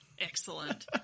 Excellent